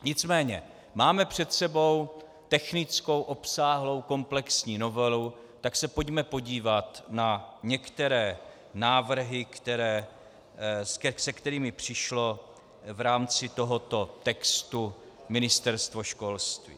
Nicméně máme před sebou technickou, obsáhlou, komplexní novelu, tak se pojďme podívat na některé návrhy, se kterými přišlo v rámci tohoto textu Ministerstvo školství.